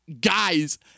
guys